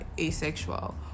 asexual